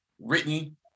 written